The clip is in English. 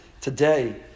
today